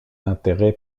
intérêt